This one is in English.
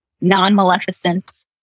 non-maleficence